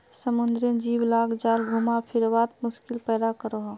समुद्रेर जीव लाक जाल घुमा फिरवात मुश्किल पैदा करोह